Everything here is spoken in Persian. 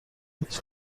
هیچ